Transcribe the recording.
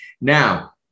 Now